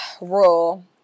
rule